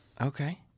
Okay